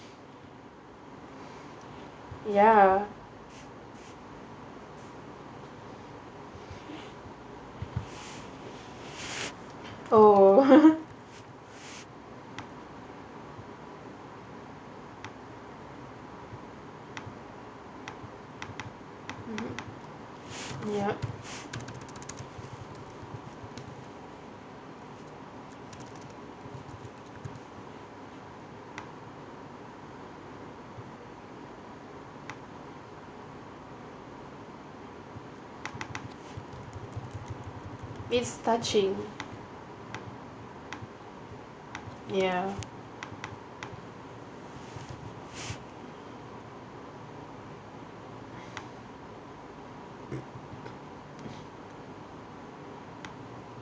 ya oh mmhmm yup it's touching ya